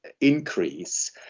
increase